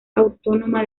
autónoma